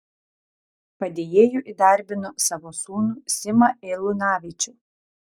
padėjėju įdarbino savo sūnų simą eilunavičių